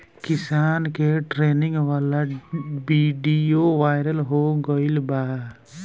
किसान के ट्रेनिंग वाला विडीओ वायरल हो गईल बा